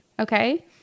Okay